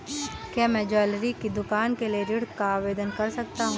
क्या मैं ज्वैलरी की दुकान के लिए ऋण का आवेदन कर सकता हूँ?